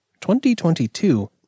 2022